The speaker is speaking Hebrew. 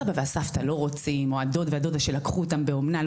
הסבא והסבתא לא רוצים או הדוד והדודה שלקחו אותם באומנה,